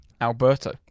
Alberto